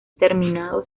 terminado